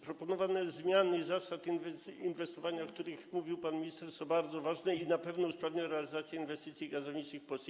Proponowane zmiany zasad inwestowania, o których mówił pan minister, są bardzo ważne i na pewno usprawnią realizację inwestycji gazowniczych w Polsce.